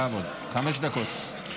בכבוד, חמש דקות.